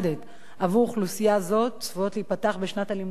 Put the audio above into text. עבור אוכלוסייה זו צפויות להיפתח בשנת הלימודים הבאה,